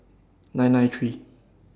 nine nine three